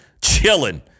chilling